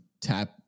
tap